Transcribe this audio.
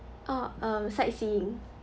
oh um sightseeing